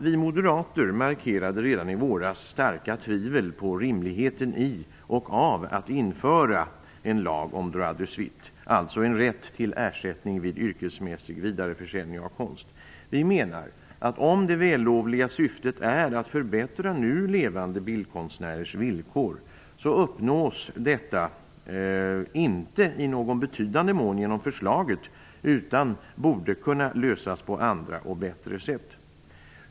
Vi moderater markerade redan i våras starka tvivel på rimligheten i och av att införa en lag om droit de suite, alltså en rätt till ersättning vid yrkesmässig vidareförsäljning av konst. Vi menar, att om det vällovliga syftet är att förbättra nu levande bildkonstnärers villkor uppnås detta inte i någon betydande mån genom förslaget, utan det borde kunna lösas på andra och bättre sätt.